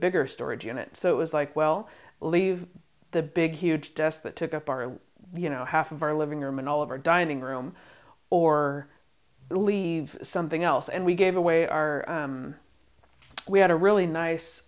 bigger storage unit so it was like well leave the big huge desk that took up our you know half of our living room and all of our dining room or leave something else and we gave away our we had a really nice